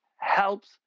helps